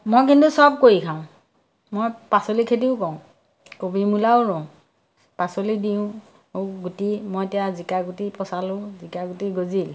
মই কিন্তু চব কৰি খাওঁ মই পাচলি খেতিও কৰোঁ কবি মূলাও ৰোও পাচলি দিও গুটি মই এতিয়া জিকা গুটি পচালোঁ জিকা গুটি গজিল